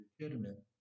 legitimate